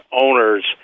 owners